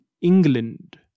England